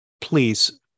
please